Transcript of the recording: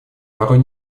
порой